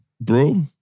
Bro